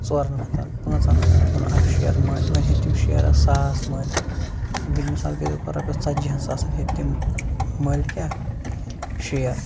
ژورَن ہَتَن پانٛژَن ہَتَن ہیوٚتُن اَکھ شِیر مٔلۍ وۅنۍ ہیٚتۍ تٔمۍ شِیرَس ساس مٔلۍ تٔمۍ ہیٚتۍ مِثال کے طور پر رۄپیَس ژتجی ہَن ساسَن ہیٚتۍ تٔمۍ مٔلۍ کیٛاہ شِیر